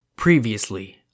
Previously